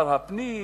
שר הפנים,